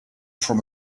from